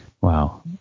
Wow